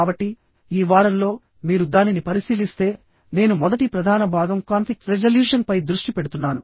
కాబట్టి ఈ వారంలో మీరు దానిని పరిశీలిస్తే నేను మొదటి ప్రధాన భాగం కాన్ఫ్లిక్ట్ రెజల్యూషన్ పై దృష్టి పెడుతున్నాను